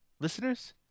listeners